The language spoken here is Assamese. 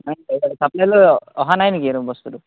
নাই চাপ্লাইলৈ অহা নাই নেকি এইটো বস্তুটো